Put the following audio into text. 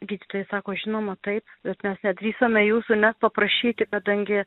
gydytojai sako žinoma taip mes nedrįsome jūsų net paprašyti kadangi